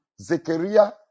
Zechariah